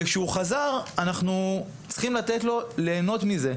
וכשהוא חזר אנחנו צריכים לתת לו להנות מזה.